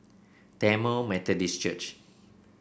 Tamil Methodist Church